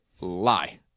lie